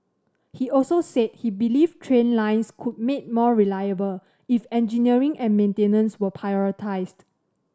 he also said he believed train lines could be made more reliable if engineering and maintenance were prioritised